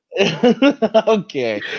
Okay